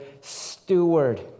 steward